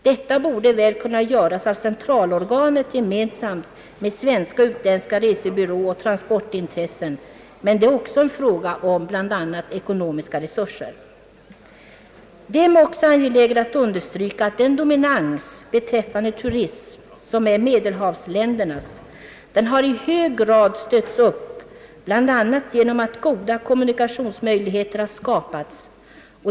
Detta borde väl kunna göras av centralorganet gemensamt med svenska och utländska resebyråoch transportintressen, men det är också en fråga om bl.a. ekonomiska resurser. Det är också angeläget för mig att understryka att den dominans beträffande turismen, som Medelhavsländerna har, i hög grad stötts bl.a. genom att goda kommunikationsmöjligheter skapats.